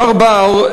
מר בר,